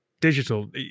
digital